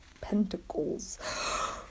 pentacles